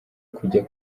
kujya